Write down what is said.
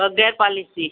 बग़ैर पॉलिश जी